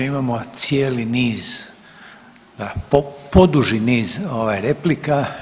Imamo cijeli niz, poduži niz replika.